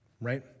right